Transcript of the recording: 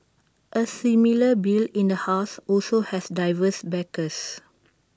A similar bill in the house also has diverse backers